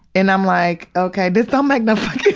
and i'm like, okay, this don't make no fuckin'